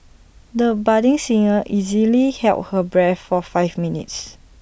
the budding singer easily held her breath for five minutes